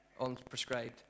unprescribed